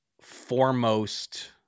foremost